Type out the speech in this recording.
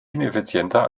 ineffizienter